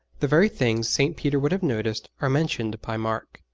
the very things st. peter would have noticed are mentioned by mark.